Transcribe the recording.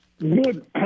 Good